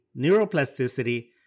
neuroplasticity